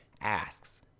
asks